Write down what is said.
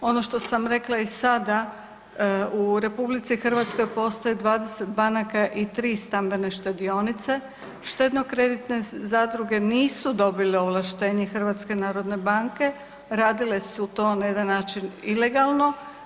Ono što sam rekla i sada u RH postoje 20 banaka i 3 stambene štedionice, štedno kreditne zadruge nisu dobile ovlaštenje HNB-a, radile su to na jedan način ilegalno.